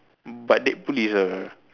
but Deadpool is a